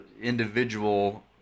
individual